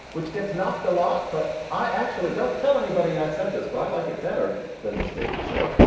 which gets knocked a lot. but i actually don't tell anybody i said this, but i like it better than the stage show.